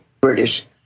british